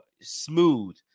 smooth